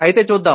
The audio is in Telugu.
అయితే చూద్దాం